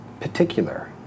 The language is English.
particular